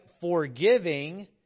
forgiving